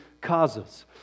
causes